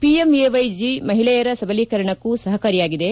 PMAY G ಮಹಿಳೆಯರ ಸಬಲೀಕರಣಕ್ಕೂ ಸಹಕಾರಿಯಾಗಿದೆ